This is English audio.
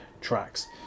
tracks